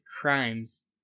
crimes